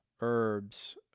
herbs